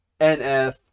NF